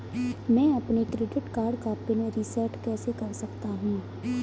मैं अपने credit card का पिन रिसेट कैसे कर सकता हूँ?